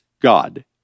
God